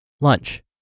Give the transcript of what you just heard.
lunch